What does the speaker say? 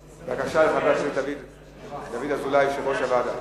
בבקשה, חבר הכנסת דוד אזולאי, יושב-ראש הוועדה.